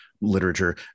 literature